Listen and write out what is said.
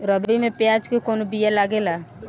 रबी में प्याज के कौन बीया लागेला?